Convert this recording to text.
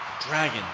Dragon